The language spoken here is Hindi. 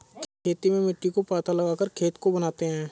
खेती में मिट्टी को पाथा लगाकर खेत को बनाते हैं?